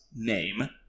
Name